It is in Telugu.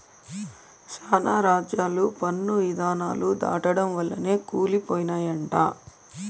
శానా రాజ్యాలు పన్ను ఇధానాలు దాటడం వల్లనే కూలి పోయినయంట